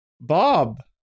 Bob